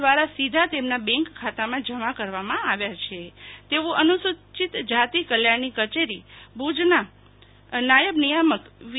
દ્વારા સીધા તેમના બેંક ખાતામાં જમા કરવામાં આવ્યા છે તેવું અનુસૂચિત જાતિ કલ્યાણની કચેરી ભુજના નાયબ નિયામક વી